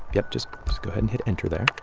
yep, just go ahead and hit enter there